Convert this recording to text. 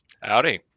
Howdy